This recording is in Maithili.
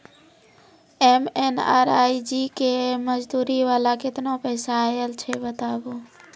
एम.एन.आर.ई.जी.ए के मज़दूरी वाला केतना पैसा आयल छै बताबू?